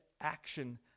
action